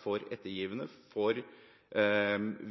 for ettergivende og for